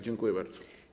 Dziękuję bardzo.